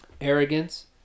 arrogance